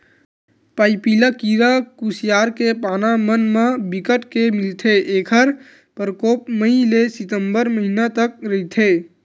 पाइपिला कीरा कुसियार के पाना मन म बिकट के मिलथे ऐखर परकोप मई ले सितंबर महिना तक रहिथे